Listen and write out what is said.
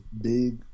big